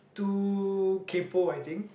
too kaypo I think